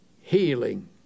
healing